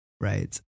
right